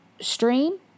stream